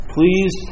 Please